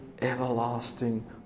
everlasting